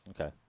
okay